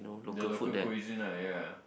the local cuisine right ya